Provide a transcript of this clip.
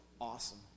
awesome